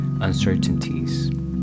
uncertainties